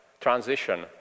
transition